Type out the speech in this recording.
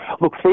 Look